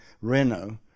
Renault